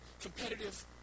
competitive